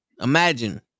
Imagine